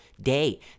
day